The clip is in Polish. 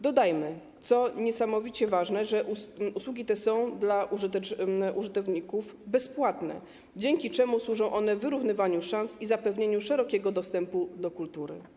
Dodajmy, co niesamowicie ważne, że usługi te są dla użytkowników bezpłatne, dzięki czemu służą one wyrównywaniu szans i zapewnianiu szerokiego dostępu do kultury.